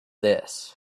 this